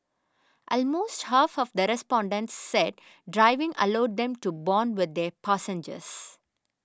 almost half of the respondents said driving allowed them to bond with their passengers